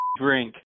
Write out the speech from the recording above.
drink